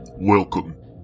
Welcome